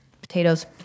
potatoes